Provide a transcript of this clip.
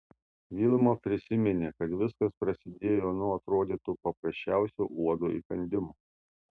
vilma prisiminė kad viskas prasidėjo nuo atrodytų paprasčiausio uodo įkandimo